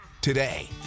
today